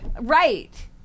Right